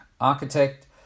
architect